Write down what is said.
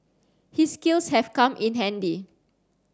his skills have come in handy